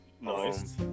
Nice